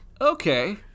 okay